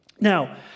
Now